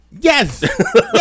Yes